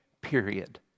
period